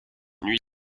nuits